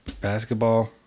basketball